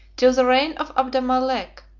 till the reign of abdalmalek,